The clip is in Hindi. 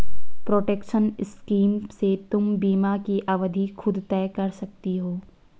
प्रोटेक्शन स्कीम से तुम बीमा की अवधि खुद तय कर सकती हो